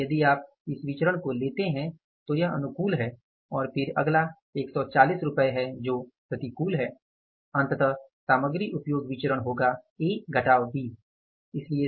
इसलिए यदि आप इस विचरण को लेते हैं तो यह अनुकूल है और फिर अगला 140 रुपये है जो प्रतिकूल है अंततः सामग्री उपयोग विचरण होगा A B है